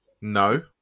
no